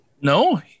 No